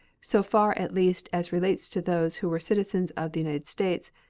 so far at least as relates to those who were citizens of the united states,